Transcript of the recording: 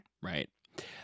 right